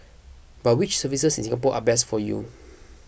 but which services in Singapore are best for you